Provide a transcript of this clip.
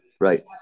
Right